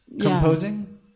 composing